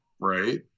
right